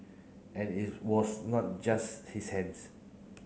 and it was not just his hands